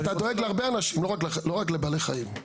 אתה דואג להרבה אנשים, לא רק לבעלי החיים,